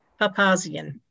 Papazian